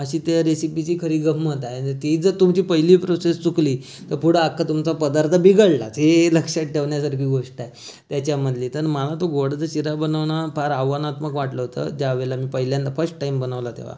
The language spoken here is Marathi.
अशी त्या रेसिपीची खरी गम्मत आहे जर आणि ती जर तुमची पहिली प्रोसेस चुकली तर पुढं अख्खा तुमचा पदार्थ बिघडलाच हे लक्षात ठेवण्यासारखी गोष्ट आहे त्याच्यामधली तर मला तो गोडाचा शिरा बनवणं फार आव्हानात्मक वाटलं होतं त्या वेळेला मी पहिल्यांदा फष्ट टाइम बनवला तेव्हा